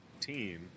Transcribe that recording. team